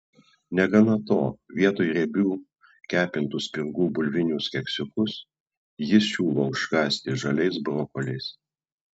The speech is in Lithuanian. negana to vietoj riebių kepintų spirgų bulvinius keksiukus jis siūlo užkąsti žaliais brokoliais